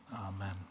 amen